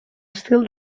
estil